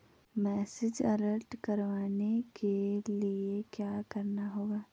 Message alert करवाने के लिए क्या करना होगा?